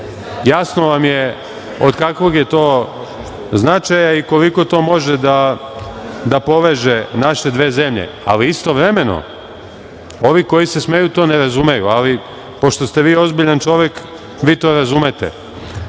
Jasno vam je od kakvog je to značaja i koliko to može da poveže naše dve zemlje, ali istovremeno, ovi koji se smeju to ne razumeju, ali pošto ste vi ozbiljan čovek, vi to razumete,